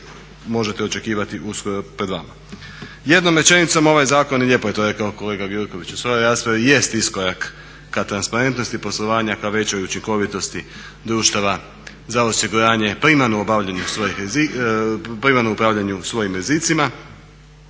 možete očekivati uskoro pred vama. Jednom rečenicom ovaj zakon, i lijepo je to rekao kolega Gjurković u svojoj raspravi, jest iskorak ka transparentnosti poslovanja, ka većoj učinkovitosti društava za osiguranje, primarno upravljanju svojim rizicima,